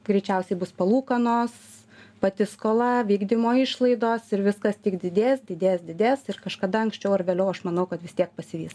greičiausiai bus palūkanos pati skola vykdymo išlaidos ir viskas tik didės didės didės ir kažkada anksčiau ar vėliau aš manau kad vis tiek pasivys